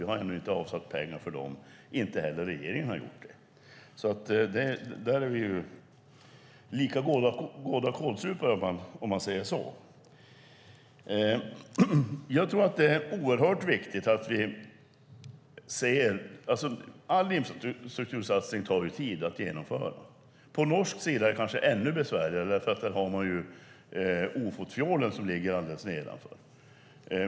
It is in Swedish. Vi har ännu inte avsatt pengar för dem, och det har inte heller regeringen gjort. Där är vi lika goda kålsupare, om man säger så. Alla infrastruktursatsningar tar tid att genomföra. På norsk sida är det kanske ännu besvärligare, för där ligger Ofotfjorden alldeles nedanför.